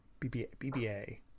BBA